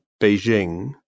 Beijing